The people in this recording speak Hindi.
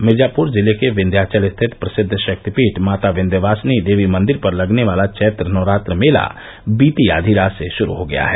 मिर्जापुर जिले के विन्ध्याचल स्थित प्रसिद्ध षक्तिपीठ माता विन्ध्यवासिनी देवी मंदिर पर लगने वाला चैत्र नवरात्र मेला बीती आधी रात से ही षुरू हो गया है